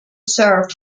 serve